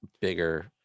bigger